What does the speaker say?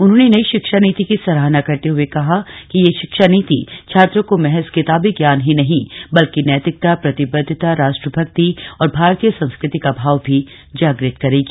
उन्होंने नई शिक्षा नीति की सराहना करते हुए कहा कि यह शिक्षा नीति छात्रों को महज किताबी ज्ञान ही नहीं बल्कि नैतिकता प्रतिबद्धता राष्ट्रभक्ति और भारतीय संस्कृति का भाव भी जागृत करेगी